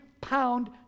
pound